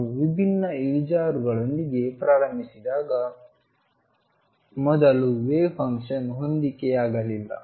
ನಾವು ವಿಭಿನ್ನ ಇಳಿಜಾರುಗಳೊಂದಿಗೆ ಪ್ರಾರಂಭಿಸಿದಾಗಿನಿಂದ ಮೊದಲು ವೇವ್ ಫಂಕ್ಷನ್ ಹೊಂದಿಕೆಯಾಗಲಿಲ್ಲ